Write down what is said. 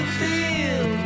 feel